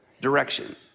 direction